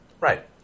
Right